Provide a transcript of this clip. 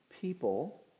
people